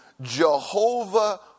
Jehovah